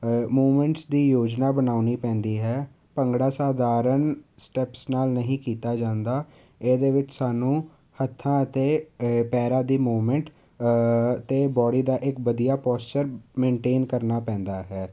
movements ਦੀ ਯੋਜਨਾ ਬਣਾਉਣੀ ਪੈਂਦੀ ਹੈ ਭੰਗੜਾ ਸਾਧਾਰਨ ਸਟੈਪਸ ਨਾਲ ਨਹੀਂ ਕੀਤਾ ਜਾਂਦਾ ਇਹਦੇ ਵਿੱਚ ਸਾਨੂੰ ਹੱਥਾਂ ਅਤੇ ਪੈਰਾਂ ਦੀ ਮੂਮੈਂਟ ਅਤੇ ਬਾਡੀ ਦਾ ਇੱਕ ਵਧੀਆ ਪੋਸਚਰ ਮੈਨਟੇਨ ਕਰਨਾ ਪੈਂਦਾ ਹੈ